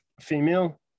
female